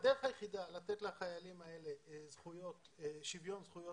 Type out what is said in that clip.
הדרך היחידה לתת לחיילים האלה שוויון זכויות